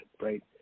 right